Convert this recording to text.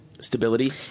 stability